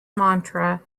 mantra